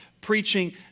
preaching